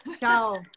ciao